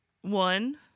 one